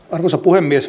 arvoisa puhemies